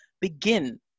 begin